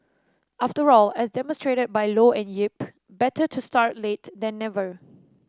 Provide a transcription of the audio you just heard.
after all as demonstrated by Low and Yip better to start late then never